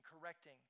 correcting